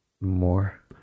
more